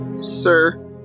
sir